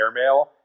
Airmail